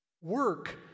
Work